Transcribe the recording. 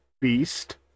beast